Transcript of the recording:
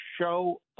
show